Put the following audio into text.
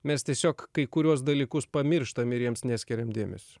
mes tiesiog kai kuriuos dalykus pamirštam ir jiems neskiriam dėmesio